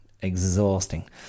exhausting